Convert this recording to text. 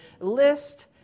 list